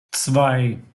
zwei